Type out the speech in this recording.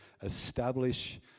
establish